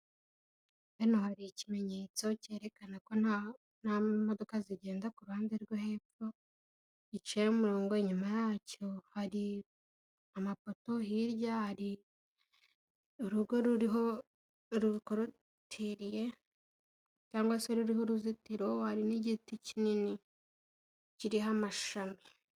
Hano hari ikimenyetso cyerekana ko nta modoka zigenda ku ruhande rwo hepfo, giciyeho umurongo inyuma yacyo hari amapoto hirya hari urugo rukorotiriye cyangwa se ruriho uruzitiro hari n'igiti kinini kiriho amashami.